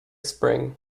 spring